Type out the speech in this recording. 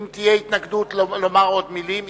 אם תהיה התנגדות, לומר עוד מלים.